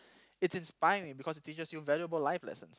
it's inspiring because it teaches you valuable life lesson